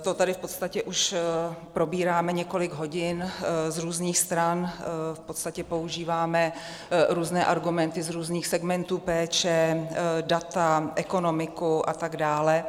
To tady v podstatě už probíráme několik hodin z různých stran, v podstatě používáme různé argumenty z různých segmentů péče, data, ekonomiku a tak dále.